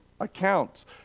accounts